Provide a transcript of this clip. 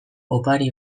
opari